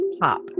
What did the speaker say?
Pop